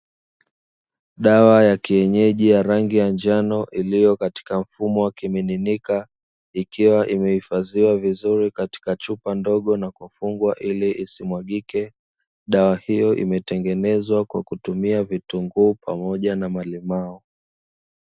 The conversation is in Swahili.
Dawa ya kienyeji ya rangi ya njano iliyo katika mfumo wa kimiminika ikiwa imehifadhiwa vizuri katika chupa ndogo na kufungwa ili isimwagike, dawa hiyo imetengenezwa kwa kutumia vitunguu pamoja na malimao.